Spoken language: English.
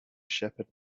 shepherd